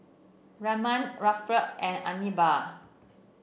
Ramon Alferd and Anibal